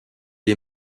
est